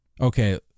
Okay